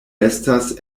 estas